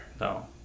No